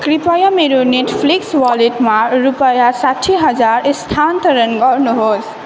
कृपया मेरो नेटफ्लिक्स वालेटमा रुपियाँ साठी हजार स्थानान्तरण गर्नुहोस्